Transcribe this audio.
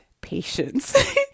patience